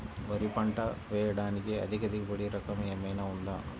వరి పంట వేయటానికి అధిక దిగుబడి రకం ఏమయినా ఉందా?